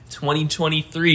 2023